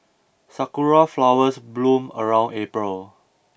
sakura flowers bloom around April